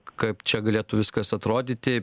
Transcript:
kaip čia galėtų viskas atrodyti